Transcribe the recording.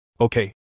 Okay